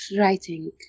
writing